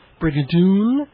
Brigadoon